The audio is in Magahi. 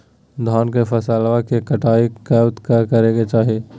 धान के फसलवा के कटाईया कब करे के चाही?